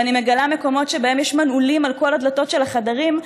ואני מגלה מקומות שבהם יש מנעולים על כל הדלתות של החדרים,